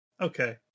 Okay